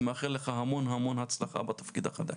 אני מאחל לך המון-המון הצלחה בתפקיד החדש.